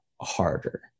harder